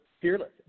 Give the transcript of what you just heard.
fearless